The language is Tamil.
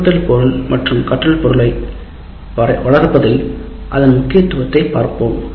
அறிவுறுத்தல் பொருள் மற்றும் கற்றல் பொருளை வளர்ப்பதில் அதன் முக்கியத் துவத்தை பார்ப்போம்